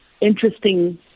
interesting